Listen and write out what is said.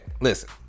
listen